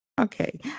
Okay